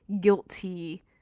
guilty